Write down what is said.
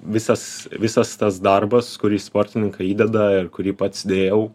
visas visas tas darbas kurį sportininkai įdeda ir kurį pats įdėjau